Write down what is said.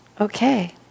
Okay